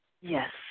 Yes